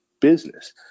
business